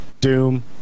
Doom